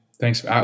Thanks